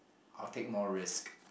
I'll take more risk